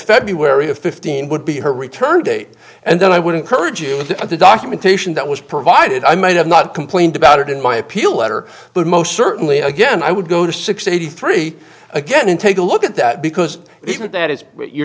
february of fifteen would be her return date and then i would encourage you with the documentation that was provided i might have not complained about it in my appeal letter but most certainly again i would go to sixty three again and take a look at that because even if that is what you're